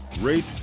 rate